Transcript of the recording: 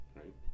right